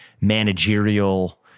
managerial